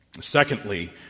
Secondly